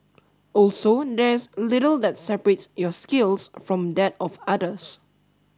also there is little that separates your skills from that of others